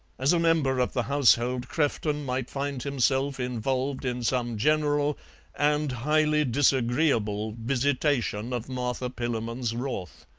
as a member of the household crefton might find himself involved in some general and highly disagreeable visitation of martha pillamon's wrath.